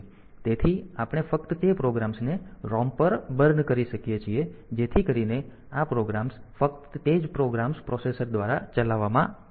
તેથી આપણે ફક્ત તે પ્રોગ્રામ્સને ROM પર બર્ન કરી શકીએ છીએ જેથી કરીને આ પ્રોગ્રામ્સ ફક્ત તે જ પ્રોગ્રામ્સ પ્રોસેસર દ્વારા ચલાવવામાં આવશે